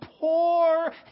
poor